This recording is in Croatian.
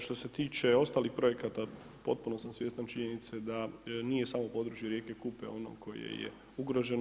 Što se tiče ostalih projekata potpuno sam svjestan činjenice da nije samo područje rijeke Kupe ono koje je ugroženo.